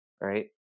right